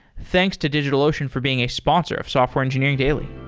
thanks to digitalocean for being a sponsor of software engineering daily